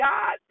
God